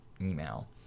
email